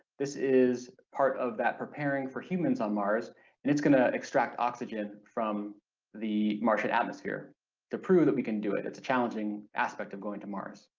this is part of that preparing for humans on mars and it's going to extract oxygen from the martian atmosphere to prove that we can do it it's a challenging aspect of going to mars.